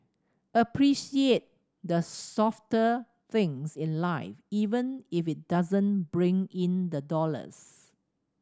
appreciate the softer things in life even if it doesn't bring in the dollars